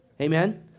Amen